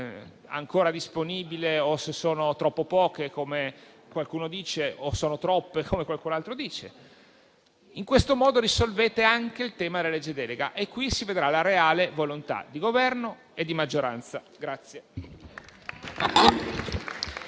ancora disponibile o se sono troppo poche, come qualcuno dice, o sono troppe, come dice qualcun altro. In questo modo risolvete anche il tema della legge delega, e qui si vedrà la reale volontà di Governo e di maggioranza.